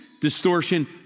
distortion